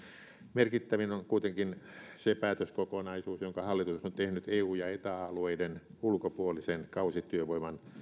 merkittävin on kuitenkin se päätöskokonaisuus jonka hallitus on tehnyt eu ja eta alueiden ulkopuolisen kausityövoiman